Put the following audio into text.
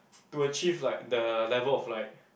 to achieve like the level of like